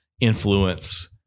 influence